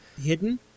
Hidden